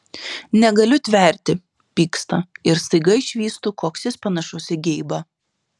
negaliu tverti pyksta ir staiga išvystu koks jis panašus į geibą